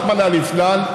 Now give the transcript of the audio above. רחמנא ליצלן,